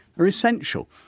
are essential.